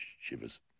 shivers